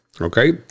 okay